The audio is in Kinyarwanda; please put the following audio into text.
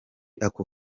ako